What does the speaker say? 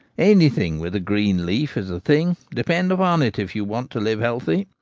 anything with a green leaf is the thing, depend upon it, if you want to live healthy.